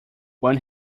when